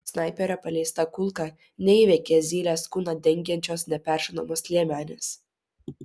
snaiperio paleista kulka neįveikia zylės kūną dengiančios neperšaunamos liemenės